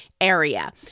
area